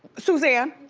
suzanne?